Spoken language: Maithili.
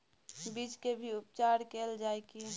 बीज के भी उपचार कैल जाय की?